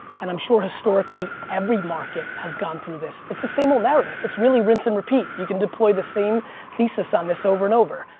and i'm sure historically every market has gone through this. it's the same old narrative. it's really rinse and repeat. you can deploy the same thesis on this over and over.